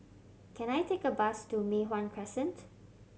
can I take a bus to Mei Hwan Crescent